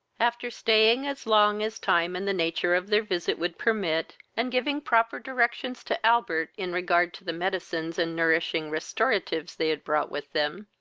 after staying as long as time and the nature of their visit would permit, and giving proper directions to albert in regard to the medicines and nourishing restoratives they had brought with them,